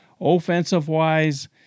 Offensive-wise